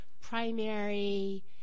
primary